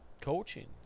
coaching